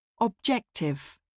Objective